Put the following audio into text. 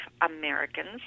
Americans